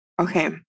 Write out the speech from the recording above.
Okay